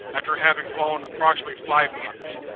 after having fallen approximately five meters.